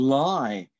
lie